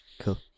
Cool